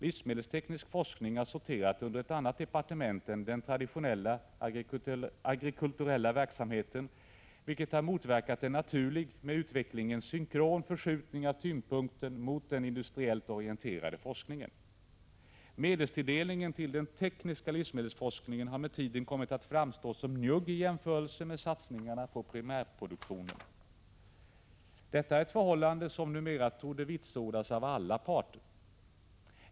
Livsmedelsteknisk forskning har sorterat under ett annat departement än den traditionella, agrikulturella verksamheten, vilket har motverkat en naturlig och med utvecklingen synkron förskjutning av tyngdpunkten mot den industriellt orienterade forskningen. Medelstilldelningen till den tekniska livsmedelsforskningen har med tiden kommit att framstå som njugg i jämförelse med satsningarna på primärproduktionen. Detta förhållande torde numera vitsordas av alla parter.